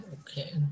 Okay